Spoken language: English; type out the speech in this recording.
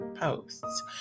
posts